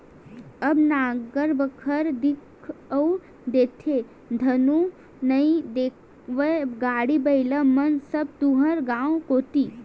अब नांगर बखर दिखउल देथे धुन नइ देवय गाड़ा बइला मन सब तुँहर गाँव कोती